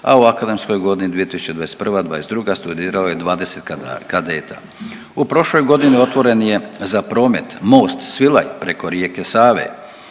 a u akademskoj godini 2021./2022. studirao je 20 kadeta. U prošloj godini otvoren je za promet most Svilaj preko rijeke Save.